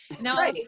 Now